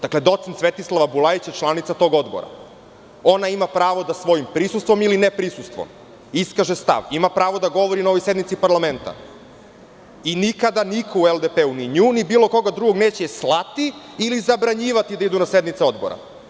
Dakle, docent Svetislava Bulajić je članica tog odbora, ona ima pravo da svojim prisustvom ili neprisustvom iskaže stav, ima pravo da govori na ovoj sednici parlamenta i nikada niko u LDP ni nju, ni bilo koga drugog neće slati ili zabranjivati da idu na sednice Odbora.